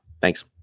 thanks